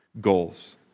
goals